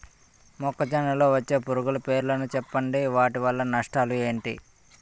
మొక్కజొన్న లో వచ్చే పురుగుల పేర్లను చెప్పండి? వాటి వల్ల నష్టాలు ఎంటి?